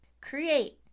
Create